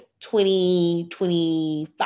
2025